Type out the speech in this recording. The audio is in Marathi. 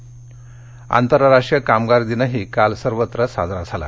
कामगार दिन आंतरराष्ट्रीय कामगार दिनही काल सर्वत्र साजरा झाला